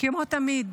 כמו תמיד,